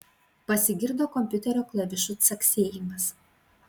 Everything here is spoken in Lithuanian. pasigirdo kompiuterio klavišų caksėjimas